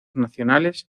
nacionales